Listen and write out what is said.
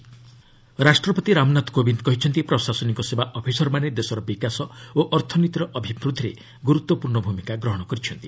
president ରାଷ୍ଟ୍ରପତି ରାମନାଥ କୋବିନ୍ଦ୍ କହିଛନ୍ତି ପ୍ରଶାସନିକ ସେବା ଅଫିସରମାନେ ଦେଶର ବିକାଶ ଓ ଅର୍ଥନୀତିର ଅଭିବୃଦ୍ଧିରେ ଗୁରୁତ୍ୱପୂର୍ଣ୍ଣ ଭୂମିକା ଗ୍ରହଣ କରିଛନ୍ତି